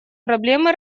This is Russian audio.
проблемы